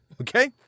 Okay